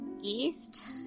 East